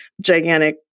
gigantic